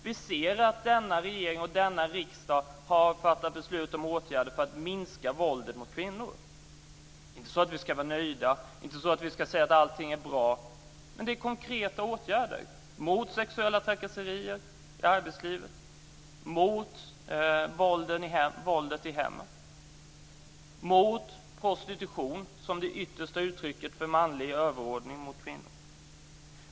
Vi ser att denna regering och denna riksdag har fattat beslut om åtgärder för att minska våldet mot kvinnor. Det är inte så att vi ska vara nöjda och säga att allting är bra, men detta är konkreta åtgärder mot sexuella trakasserier i arbetslivet, mot våldet i hemmen och mot prostitution, som är det yttersta uttrycket för manlig överordning gentemot kvinnor.